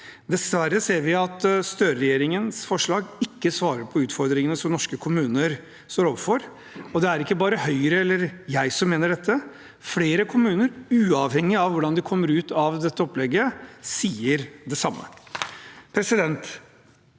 Dessverre ser vi at Støre-regjeringens forslag ikke svarer på utfordringene som norske kommuner står overfor. Det er ikke bare Høyre eller jeg som mener dette. Flere kommuner, uavhengig av hvordan de kommer ut av dette opplegget, sier det samme.